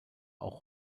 auch